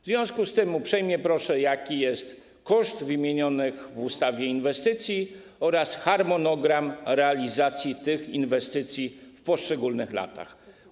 W związku z tym uprzejmie proszę o informację, jaki jest koszt wymienionych w ustawie inwestycji oraz harmonogram realizacji tych inwestycji w poszczególnych latach.